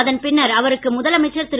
அதன் பின்னர் அவருக்கு முதல் அமைச்சர் திரு